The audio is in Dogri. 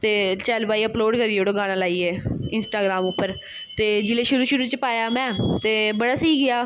ते चल भाई अपलोड करी ओड़ो गाना लाइयै इंस्टाग्राम उप्पर ते जिल्लै शुरू शुरू च पाया में ते बड़ा स्हेई गेआ